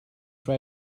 try